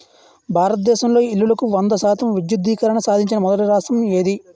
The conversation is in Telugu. భారతదేశంలో ఇల్లులకు వంద శాతం విద్యుద్దీకరణ సాధించిన మొదటి రాష్ట్రం ఏది?